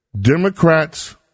Democrats